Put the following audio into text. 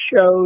shows